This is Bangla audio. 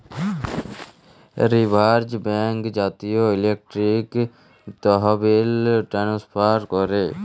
রিজার্ভ ব্যাঙ্ক জাতীয় ইলেকট্রলিক তহবিল ট্রান্সফার ক্যরে